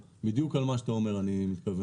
בדיוק על מה שאתה אומר אני מתכוון